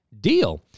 deal